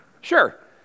Sure